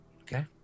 okay